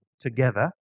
together